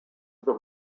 with